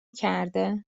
کرده